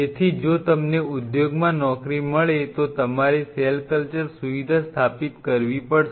તેથી જો તમને ઉદ્યોગમાં નોકરી મળે તો તમારે સેલ કલ્ચર સુવિધા સ્થાપિત કરવી પડશે